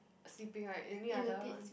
sleeping right any other one